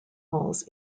halls